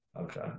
Okay